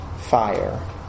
fire